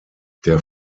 der